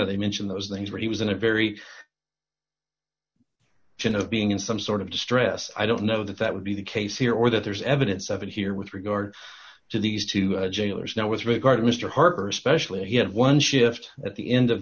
are they mention those things where he was in a very general being in some sort of distress i don't know that that would be the case here or that there's evidence of it here with regard to these two jailers now with regard to mr harper specially he had one shift at the end of